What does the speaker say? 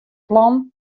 plan